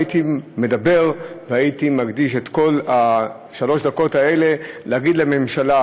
הייתי מדבר והייתי מקדיש את כל שלוש הדקות האלה להגיד לממשלה,